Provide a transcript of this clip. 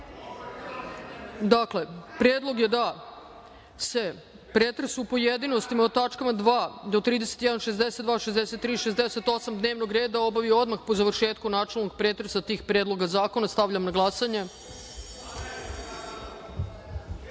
grupe. Dakle, predlog je da se pretres u pojedinostima o tačkama od 2. do 31, 62, 63. i 68. dnevnog reda obavi odmah po završetku načelnog pretresa tih predloga zakona. Stavljam na